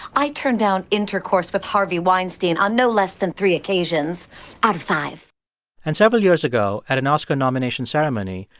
i turned down intercourse with harvey weinstein on no less than three occasions out of five and several years ago, at an oscar nomination ceremony,